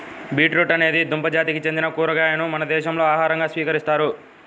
beetroot అనేది దుంప జాతికి చెందిన కూరగాయను మన దేశంలో ఆహారంగా స్వీకరిస్తారు